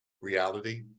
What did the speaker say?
Reality